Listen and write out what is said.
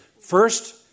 First